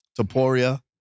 Taporia